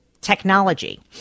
technology